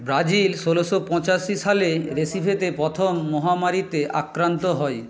Brazil ষোলোশো পঁচাশি সালে রেসিফেতে প্রথম মহামারীতে আক্রান্ত হয়